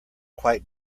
quite